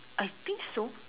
I think so